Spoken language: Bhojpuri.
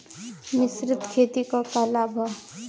मिश्रित खेती क का लाभ ह?